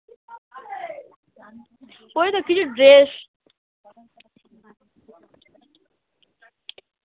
ওই তো কিছু ড্রেস